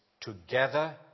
Together